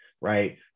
right